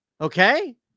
Okay